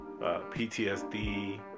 PTSD